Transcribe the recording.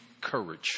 courage